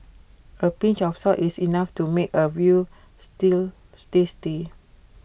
A pinch of salt is enough to make A Veal Stew tasty